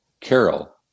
Carol